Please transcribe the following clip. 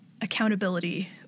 accountability